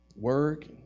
work